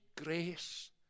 grace